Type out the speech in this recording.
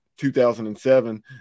2007